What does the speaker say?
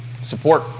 support